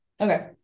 okay